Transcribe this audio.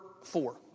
four